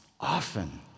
often